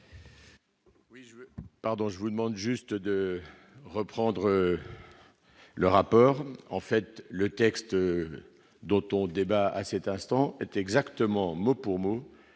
Pardon, je vous demande juste de reprendre le rapport, en fait, le texte d'autres on débat à cet instant est exactement, mot pour mot